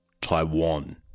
Taiwan